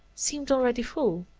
seemed already full.